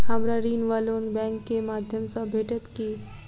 हमरा ऋण वा लोन बैंक केँ माध्यम सँ भेटत की?